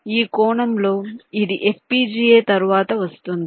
ఈ కోణంలో ఇది FPGA తరువాత వస్తుంది